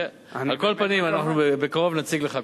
על כל פנים, אנחנו בקרוב נציג לך.